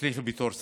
שתצליחי בתור שרה.